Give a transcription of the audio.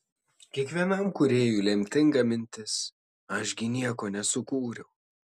kiekvienam kūrėjui lemtinga mintis aš gi nieko nesukūriau